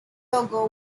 logo